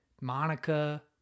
Monica